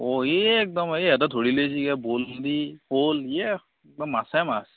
অ' ইয়ে একদম এটা ধৰি লৈ গেছি কিবা ব'ল এইবাৰ মাছে মাছ